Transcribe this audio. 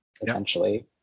essentially